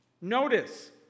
notice